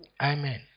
Amen